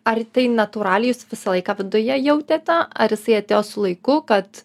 ar tai natūraliai jūs visą laiką viduje jautėte ar jisai atėjo su laiku kad